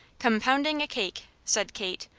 compounding a cake said kate,